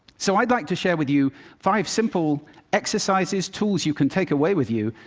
so i'd like to share with you five simple exercises, tools you can take away with you,